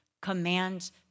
commands